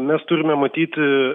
mes turime matyti